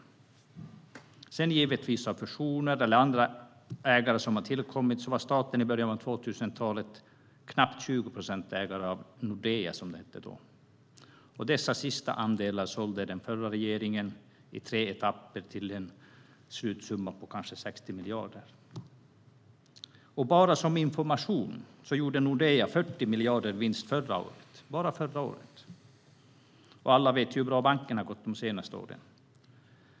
Efter att fusioner genomförts och andra ägare hade tillkommit var staten i början av 2000-talet ägare av knappt 20 procent av Nordea, som banken hette då. De sista andelarna sålde den förra regeringen i tre etapper till en slutsumma på ca 60 miljarder. Bara som information gjorde Nordea 40 miljarder i vinst förra året, och alla vet ju hur bra bankerna har gått de senaste åren.